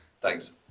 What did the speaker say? Thanks